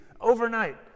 overnight